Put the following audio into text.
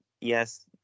Yes